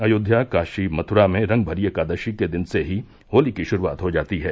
अयोध्या काशी मथुरा में रंगभरी एकादशी के दिन से ही होली की शुरूआत हो जाती है